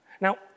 Now